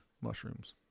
mushrooms